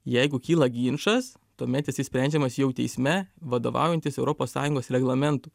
jeigu kyla ginčas tuomet jisai sprendžiamas jau teisme vadovaujantis europos sąjungos reglamentu